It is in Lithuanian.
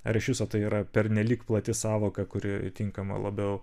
ar iš viso tai yra pernelyg plati sąvoka kuri tinkama labiau